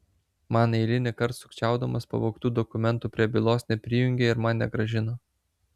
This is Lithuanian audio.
man eilinį kartą sukčiaudamas pavogtų dokumentų prie bylos neprijungė ir man negrąžino